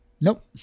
Nope